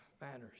matters